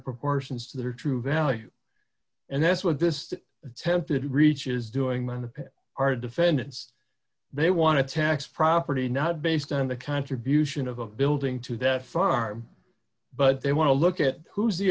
proportions that are true value and that's what this attempted reach is doing mine are defendants they want to tax property not based on the contribution of a building to that farm but they want to look at who's the